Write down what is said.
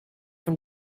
from